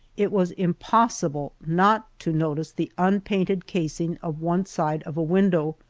it was impossible not to notice the unpainted casing of one side of a window,